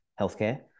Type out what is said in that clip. healthcare